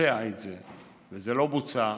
וזה לא בוצע,